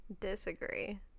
Disagree